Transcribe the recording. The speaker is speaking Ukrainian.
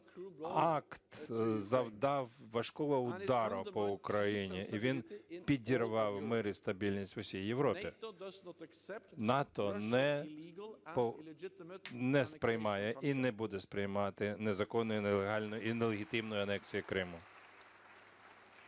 акт завдав важкого удару по Україні і він підірвав мир і стабільність в усій Європі. НАТО не сприймає і не буде сприймати незаконної і нелегітимної анексії Криму.